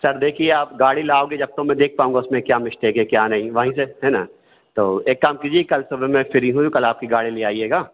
sir देखिए आप गाड़ी लाओगे जब तो मैं देख पाऊँगा उसमें क्या मिस्टेक है क्या नहीं वहीं से है ना तो एक काम कीजिए कल सुबह मैं फ्री हूँ कल आपकी गाड़ी ले आइएगा